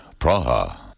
Praha